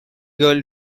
girl